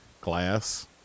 glass